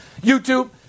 YouTube